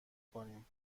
کنیم